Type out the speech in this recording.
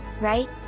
right